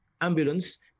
ambulance